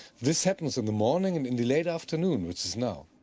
this happens in the morning and in the late afternoon, which is now.